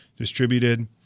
distributed